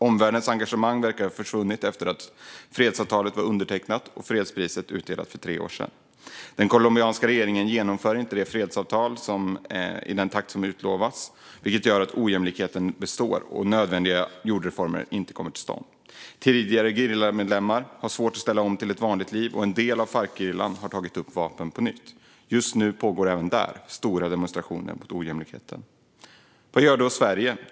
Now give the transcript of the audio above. Omvärldens engagemang verkar ha försvunnit efter det att fredsavtalet undertecknades och fredspriset delades ut för tre år sedan. Den colombianska regeringen genomför inte fredsavtalet i den takt som utlovats, vilket gör att ojämlikheten består och att nödvändiga jordreformer inte kommer till stånd. Tidigare gerillamedlemmar får svårt att ställa om till ett vanligt liv, och en del av Farcgerillan har tagit till vapen på nytt. Just nu pågår även där stora demonstrationer mot ojämlikheten. Vad gör då Sverige?